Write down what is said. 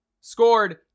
scored